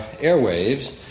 airwaves